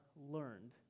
learned